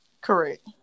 Correct